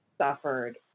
suffered